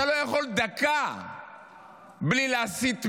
אתה לא יכול דקה בלי להסית מייד,